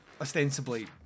ostensibly